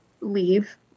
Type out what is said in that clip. leave